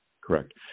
Correct